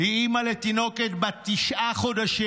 היא אימא לתינוקת בת תשעה חודשים.